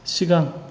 सिगां